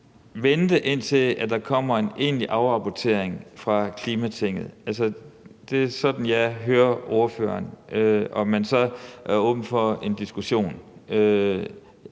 vente, indtil der kommer en egentlig afrapportering fra klimaborgertinget. Det er sådan jeg hører ordføreren, og at man så er åben for en diskussion.